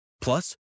Plus